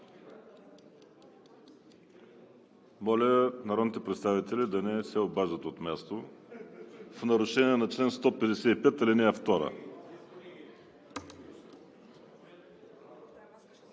Моля, народните представители да се не обаждат от място в нарушение на чл. 155, ал. 2.